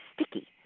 sticky